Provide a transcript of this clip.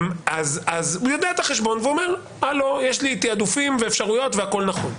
הוא יודע את החשבון והוא אומר יש לי תעדופים ואפשרויות והכול נכון.